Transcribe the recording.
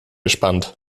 gespannt